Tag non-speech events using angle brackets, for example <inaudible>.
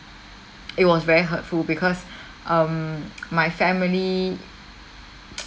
it was very hurtful because <breath> um <noise> my family <noise>